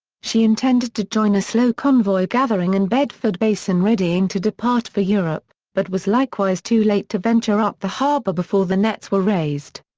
she intended to join a slow convoy gathering in bedford basin readying to depart for europe, but was likewise too late to venture up the harbour before the nets were raised.